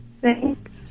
Thanks